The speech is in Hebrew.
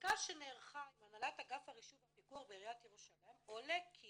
"מבדיקה שנערכה עם הנהלת אגף הרישוי והפיקוח בעירית ירושלים עולה כי